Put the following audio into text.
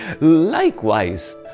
Likewise